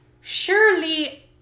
surely